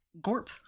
Gorp